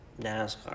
NASCAR